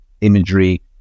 imagery